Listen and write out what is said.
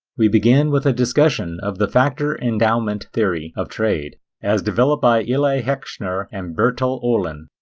we begin with a discussion of the factor endowment theory of trade as developed by eli heckscher and bertil ohlin.